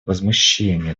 возмущение